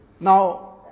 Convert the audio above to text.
Now